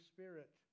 Spirit